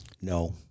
No